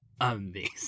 amazing